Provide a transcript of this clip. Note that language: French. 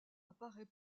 apparaît